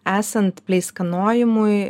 esant pleiskanojimui